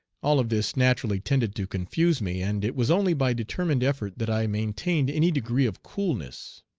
all of this naturally tended to confuse me, and it was only by determined effort that i maintained any degree of coolness.